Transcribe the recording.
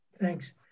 Thanks